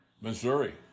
Missouri